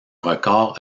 record